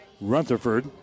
Rutherford